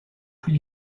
plus